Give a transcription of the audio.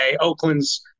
Oakland's